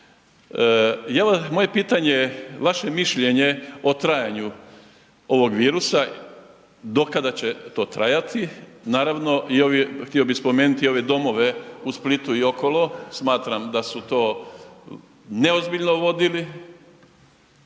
Moje pitanje, vaše mišljenje o trajanju ovog virusa, do kada će to trajati? Naravno htio bih spomenuti i ove domove u Splitu i okolo, smatram da su to neozbiljno vodili,